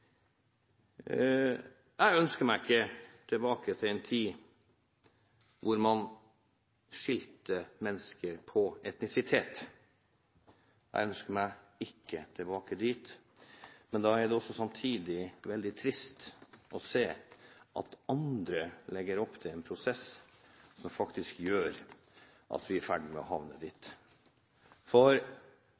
Jeg ønsker meg ikke tilbake til en tid da man skilte mennesker etter etnisitet – jeg ønsker meg ikke tilbake dit. Men da er det samtidig veldig trist å se at andre legger opp til en prosess som faktisk gjør at vi er i ferd med å havne